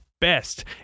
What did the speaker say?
best